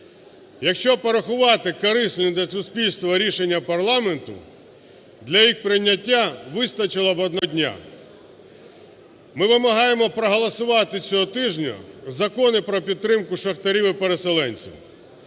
Якщо порахувати корисні для суспільства рішення парламенту, для їх прийняття вистачило б одного дня. Ми вимагаємо проголосувати цього тижня закони про підтримку шахтарів і переселенців.